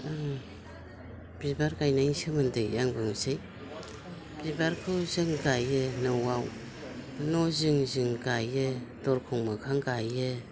बिबार गायनायनि सोमोन्दै आं बुंनोसै बिबारखौ जों गायो न'आव न' जिं जिं गायो दरखं मोखाङाव गायो